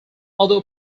other